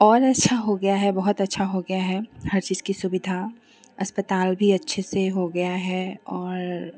और अच्छी हो गई है बहुत अच्छी हो गई है हर चीज़ की सुविधा अस्पताल भी अच्छे से हो गया है और